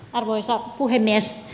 arvoisa puhemies